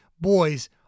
boys